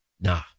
Nah